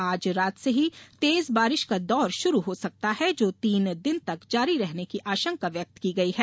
आज रात से ही तेज बारिश का दौर शुरू हो सकता है जो तीन दिन तक जारी रहने की आशंका व्यक्त की गयी है